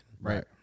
Right